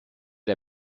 der